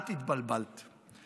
את התבלבלת.